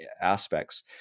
aspects